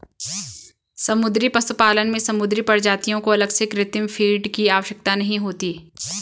समुद्री पशुपालन में समुद्री प्रजातियों को अलग से कृत्रिम फ़ीड की आवश्यकता नहीं होती